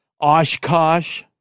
Oshkosh